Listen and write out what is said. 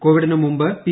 കോവിഡിന് മുമ്പ് പി